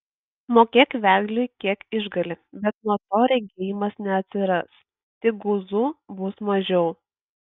mokėk vedliui kiek išgali bet nuo to regėjimas neatsiras tik guzų bus mažiau